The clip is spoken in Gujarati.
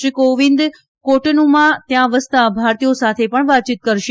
શ્રી કોવિંદ કોટનુમાં ત્યાં વસતા ભારતીયો સાથે પણ વાતયીત કરશે